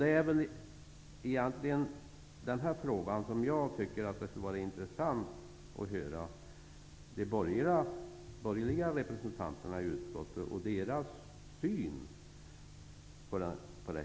Det är egentligen i den här frågan som jag tycker att det skulle vara intressant att få höra vilken uppfattning de borgerliga representanterna i utskottet har.